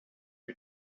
you